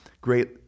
great